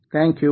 thank you